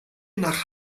nach